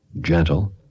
gentle